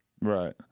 Right